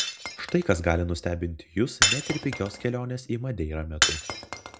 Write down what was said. štai kas gali nustebinti jus net ir pigios kelionės į madeirą metu